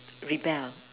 rebel